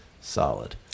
solid